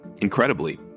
Incredibly